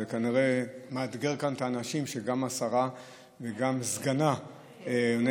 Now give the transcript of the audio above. זה כנראה מאתגר כאן את האנשים שגם השרה וגם סגנה עונים,